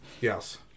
Yes